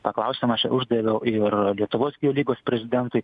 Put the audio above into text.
tą klausimą aš uždaviau ir lietuvos gėjų lygos prezidentui